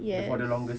yes